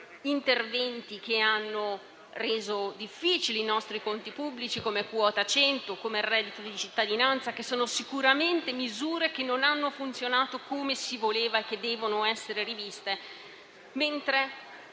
di interventi che hanno reso difficili i nostri conti pubblici, come quota 100 o il reddito di cittadinanza, misure che sicuramente non hanno funzionato come si voleva e che devono essere riviste,